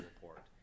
report